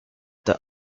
the